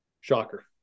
Shocker